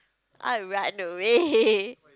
alright no way